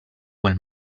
quel